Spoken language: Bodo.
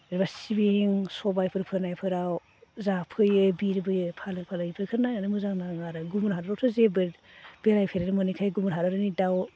जेनेबा सिबिं सबायफोर फोनायफोराव जाफैयो बिरबोयो फालो फालो बेफोरखो नायनानै मोजां नाङो आरो गुबुन हादोरावथ' जेबो बेरायफेरनो मोनैखाय गुबुन हादोरनि दाउ